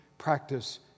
practice